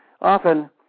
often